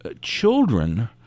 Children